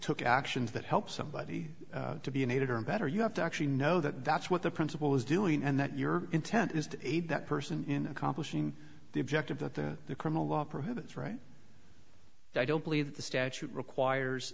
took actions that help somebody to be needed or better you have to actually know that that's what the principal is doing and that your intent is to aid that person in accomplishing the objective that the the criminal law prohibits right i don't believe that the statute requires